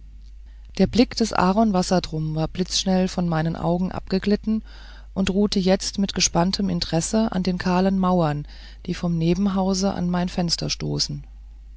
der blick des aaron wassertrum war blitzschnell von meinen augen